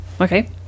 Okay